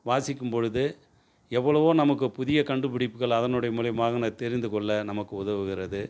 வாசிக்கும்பொழுது எவ்வளவோ நமக்கு புதிய கண்டுபிடிப்புகள் அதனுடைய மூலியமாக நான் தெரிந்துகொள்ள நமக்கு உதவுகிறது